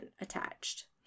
attached